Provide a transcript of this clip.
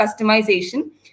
customization